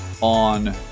on